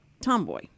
tomboy